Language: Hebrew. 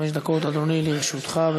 חמש דקות, אדוני, לרשותך.